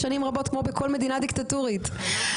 אני אומרת --- תוסיף לה דקה בשבילי, אופיר.